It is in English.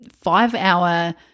five-hour